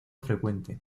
frecuente